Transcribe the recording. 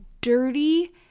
dirty